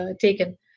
taken